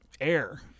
air